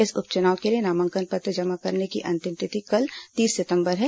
इस उप चुनाव के लिए नामांकन पत्र जमा करने की अंतिम तिथि कल तीस सितंबर है